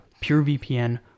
PureVPN